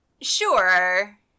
Sure